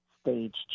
stage